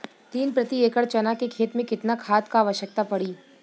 तीन प्रति एकड़ चना के खेत मे कितना खाद क आवश्यकता पड़ी?